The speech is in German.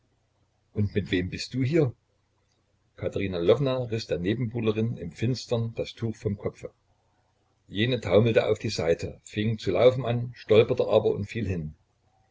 und mit wem bist du hier katerina lwowna riß der nebenbuhlerin im finstern das tuch vom kopfe jene taumelte auf die seite fing zu laufen an stolperte aber und fiel hin